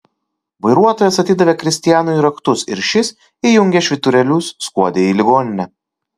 vairuotojas atidavė kristianui raktus ir šis įjungęs švyturėlius skuodė į ligoninę